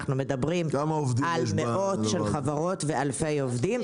אנחנו מדברים על מאות חברות ואלפי עובדים.